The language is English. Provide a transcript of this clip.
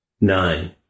Nine